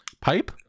Pipe